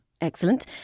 Excellent